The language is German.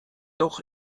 doch